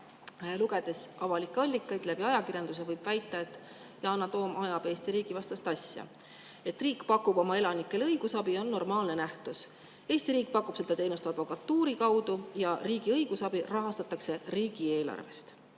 Lugedes avalikke allikaid ajakirjandusest, võib väita, et Yana Toom ajab Eesti riigi vastast asja. See, et riik pakub oma elanikele õigusabi, on normaalne nähtus. Eesti riik pakub seda teenust advokatuuri kaudu ja riigi õigusabi rahastatakse riigieelarvest.